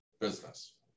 business